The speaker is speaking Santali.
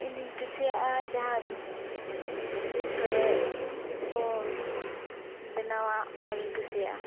ᱤᱧᱫᱩᱧ ᱠᱩᱥᱤᱭᱟᱜᱼᱟ ᱡᱟᱦᱟᱸ ᱵᱷᱤᱛ ᱠᱚᱨᱮᱵᱚᱱ ᱵᱮᱱᱟᱣᱟ ᱚᱱᱟᱜᱮᱧ ᱠᱩᱥᱤᱭᱟᱜᱼᱟ